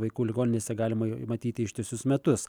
vaikų ligoninėse galima matyti ištisus metus